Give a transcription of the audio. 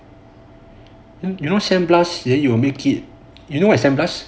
you know sand blast 也有 make it you know what is sand blast